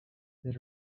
that